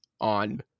on